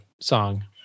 song